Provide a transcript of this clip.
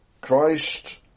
Christ